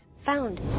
Found